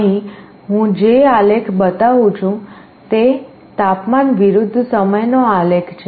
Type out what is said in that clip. અહીં હું જે આલેખ બતાવું છું તે તાપમાન વિરુદ્ધ સમયનો આલેખ છે